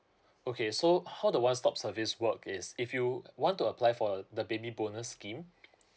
okay so how the one stop service work is if you want to apply for the baby bonus scheme